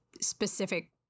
specific